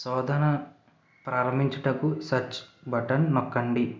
శోధన ప్రారంభించుటకు search button నొక్కండి